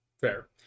Fair